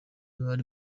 abari